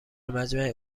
مجمع